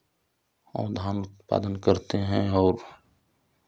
और धान उत्पादन करते हैं और